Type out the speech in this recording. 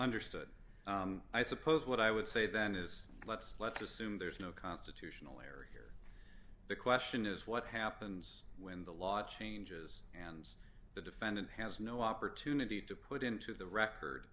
understood i suppose what i would say then is let's let's assume there's no constitution the question is what happens when the law changes and the defendant has no opportunity to put into the record